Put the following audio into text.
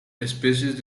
especies